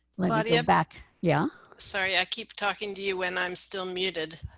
like nadia back. yeah. sorry i keep talking to you when i'm still muted.